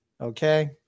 Okay